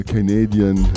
Canadian